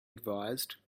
advised